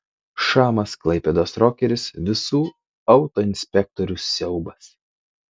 šamas klaipėdos rokeris visų autoinspektorių siaubas